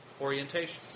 Orientation